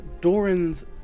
Doran's